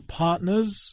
partners